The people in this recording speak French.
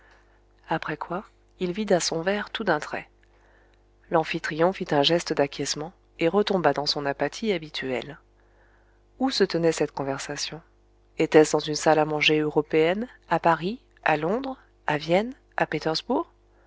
après quoi il vida son verre tout d'un trait l'amphitryon fit un geste d'acquiescement et retomba dans son apathie habituelle où se tenait cette conversation était-ce dans une salle à manger européenne à paris à londres à vienne à pétersbourg